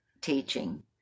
teaching